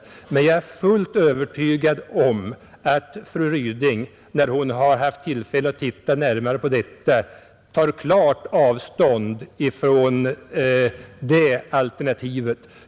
Men jag är fullt övertygad om att fru Ryding, när hon har haft tillfälle att se närmare på detta, tar klart avstånd från det alternativet.